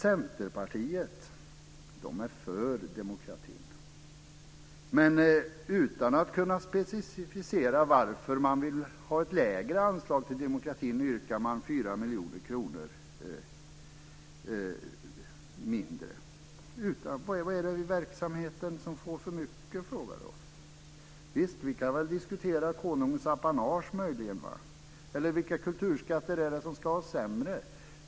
Centerpartiet är för monarkin. Men utan att kunna specificera varför man vill ha ett lägre anslag till monarkin yrkar man på en minskning med 4 miljoner kronor. Vad är det i verksamheten som får för mycket? Visst, vi kan väl möjligen diskutera konungens apanage. Eller vilka kulturskatter är det som ska få det sämre?